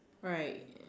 alright